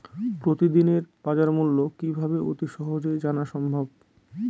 প্রতিদিনের বাজারমূল্য কিভাবে অতি সহজেই জানা সম্ভব?